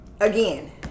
Again